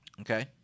Okay